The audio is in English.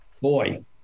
Boy